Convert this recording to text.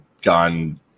gone